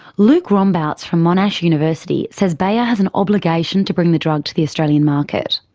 luk rombauts from monash university says bayer has an obligation to bring the drug to the australian market.